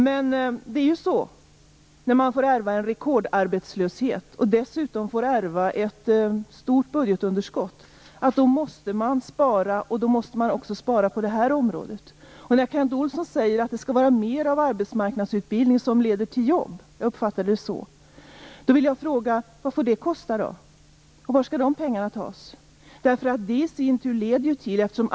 Men det är ju så, när man får ärva en rekordarbetslöshet och dessutom ett stort budgetunderskott, att man måste spara också på det här området. Kent Olsson sade att det skall vara mer av arbetsmarknadsutbildning som leder till jobb, som jag uppfattade det. Då vill jag fråga: Vad får det kosta? Varifrån skall pengarna tas?